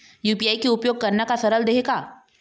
UPI के उपयोग करना का सरल देहें का?